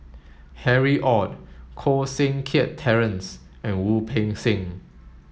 Harry Ord Koh Seng Kiat Terence and Wu Peng Seng